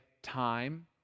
time